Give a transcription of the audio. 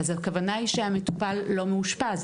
אז הכוונה היא שהמטופל לא מאושפז,